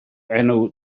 enw